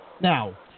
Now